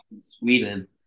Sweden